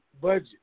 budget